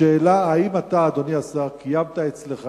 השאלה היא, האם אתה, אדוני השר, קיימת אצלך